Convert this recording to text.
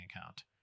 account